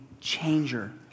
changer